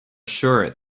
sure